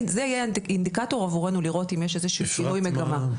וזה יהיה אינדיקטור עבורנו לראות אם יש איזה שינוי מגמה.